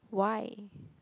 why